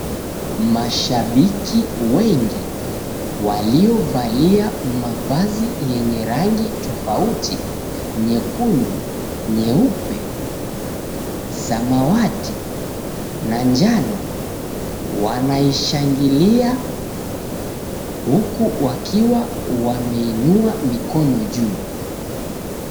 Mashabiki wengi waliovalia mavazi yenye rangi tofauti; nyekundu, nyeupe, samawati na njano wanaishangilia huku wakiwa wameinua mikono juu.